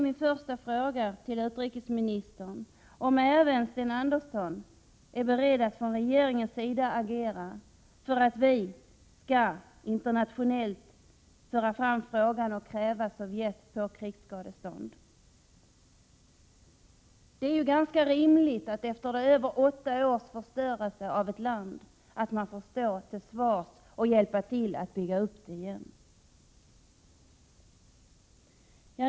Min första fråga till utrikesministern blir därför: Är även Sten Andersson beredd att från regeringens sida agera för att vi internationellt skall arbeta för att Sovjet krävs på ett krigsskadestånd? Efter åtta års förstörelse av ett land är det ganska rimligt att man får stå till svars och hjälpa till att bygga upp landet igen.